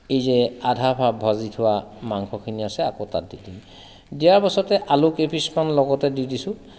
এই যে আধা ভাজি থোৱা মাংসখিনি আছে আকৌ তাত দি দিম দিয়াৰ পাছতে আলু কেইপিচমান লগতে দি দিছোঁ